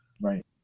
Right